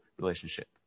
relationship